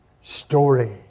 story